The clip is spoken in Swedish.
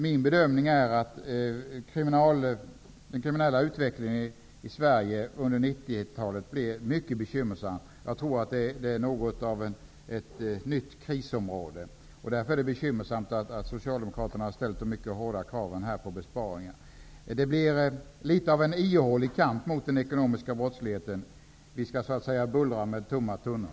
Min bedömning är att den kriminella utvecklingen i Sverige under 90-talet kommer att bli mycket bekymmersam. Jag tror att det är ett nytt krisområde. Därför är det bekymmersamt att Socialdmemokraterna har så hårda krav på besparingar. Det blir litet av en ihålig kamp mot den ekomiska brottsligheten. Vi skall så att säga skramla med tomma tunnor.